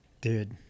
dude